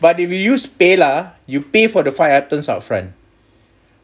but if you use paylah you pay for the five items upfront